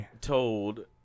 told